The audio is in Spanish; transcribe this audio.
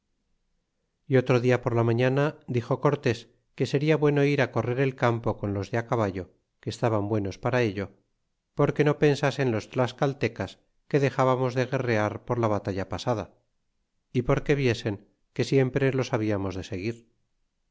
y otro dia por la mañana dixo cortés que seria bueno ir correr el campo con los de caballo que estaban buenos para ello porque no pensasen los tlascaltecas que dexbamos de guerrear por la batalla pasada y porque viesen que siempre los hablamos de seguir